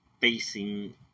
facing